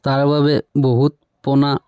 তাৰ বাবে বহুত পোনা